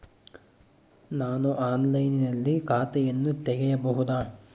ನಾನು ಆನ್ಲೈನಿನಲ್ಲಿ ಖಾತೆಯನ್ನ ತೆಗೆಯಬಹುದಾ?